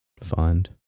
find